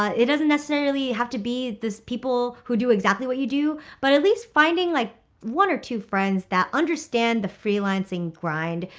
it doesn't necessarily have to be this people who do exactly what you do, but at least finding like one or two friends that understand the freelancing grind,